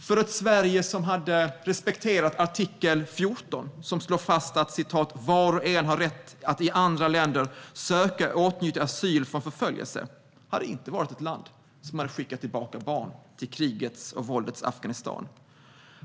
För ett Sverige som respekterade artikel 14, som slår fast att "var och en har rätt att i andra länder söka och åtnjuta asyl från förföljelse" hade inte varit ett land som skickar tillbaka barn till krigets och våldets Afghanistan.